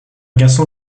garçon